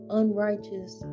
unrighteous